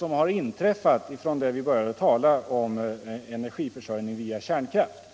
har således inträffat 28 april 1976 sedan vi började tala om energiförsörjning genom kärnkraft.